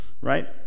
right